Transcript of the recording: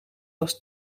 als